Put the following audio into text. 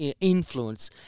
influence